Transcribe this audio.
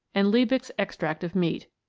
and liebig's extract of meat.